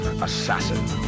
Assassin